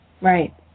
Right